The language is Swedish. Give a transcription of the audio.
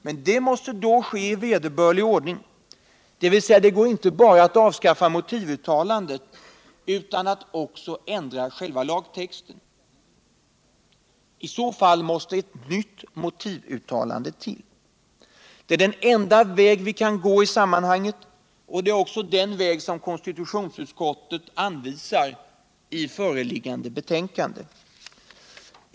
Men det måste då ske i vederbörlig ordning, dvs. det går inte att bara avskaffa motivuttalandet utan att också ändra själva lagtexten. I så fall måste ett nytt motivuttalande till. Det är den enda väg vi kan på I sammanhanget, och det är också den väg som konstitutionsutskottiet anvisar i föreliggande betänkande.